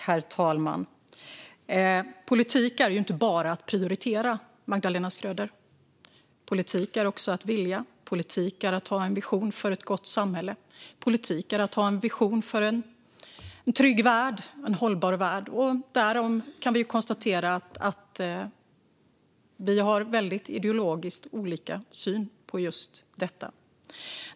Herr talman! Politik är inte bara att prioritera, Magdalena Schröder. Politik är också att vilja. Politik är att ha en vision om ett gott samhälle. Politik är att ha en vision om en trygg och hållbar värld. Vi kan konstatera att vi har väldigt olika ideologisk syn på just detta.